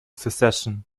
secession